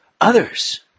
others